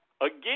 Again